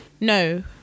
no